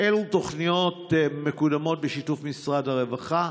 2. אילו תוכניות מקודמות בשיתוף משרד הרווחה?